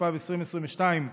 התשפ"ב 2022,